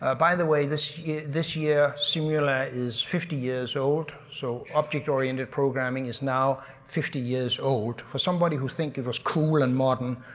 ah by the way, this this year, similar is fifty years old, so object oriented programming is now fifty years old. for somebody who thinks it was cool and modern,